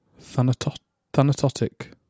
Thanatotic